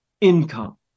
income